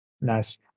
Nice